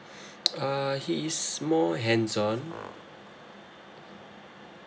uh he is more hands on